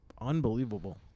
Unbelievable